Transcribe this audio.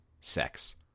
sex